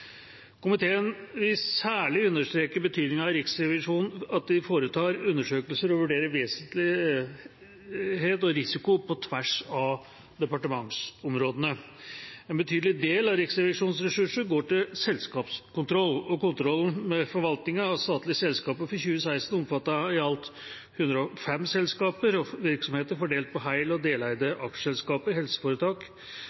Komiteen vil særlig understreke betydningen av at Riksrevisjonen foretar undersøkelser og vurderer vesentlighet og risiko på tvers av departementsområdene. En betydelig del av Riksrevisjonens ressurser går til selskapskontroll. Kontrollen med forvaltningen av statlige selskaper for 2016 omfattet i alt 105 selskaper og virksomheter fordelt på hel- og deleide